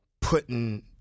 putting